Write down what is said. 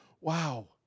wow